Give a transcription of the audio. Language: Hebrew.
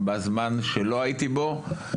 בזמן שבו לא הייתי פה.